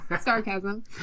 Sarcasm